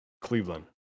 Cleveland